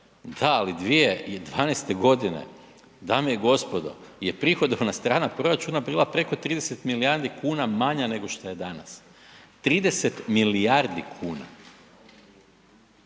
Da, ali 2012. godine dame i gospodo je prihodovna strana proračuna bila preko 30 milijardi kuna manja nego što je danas, 30 milijardi kuna,